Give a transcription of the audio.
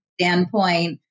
standpoint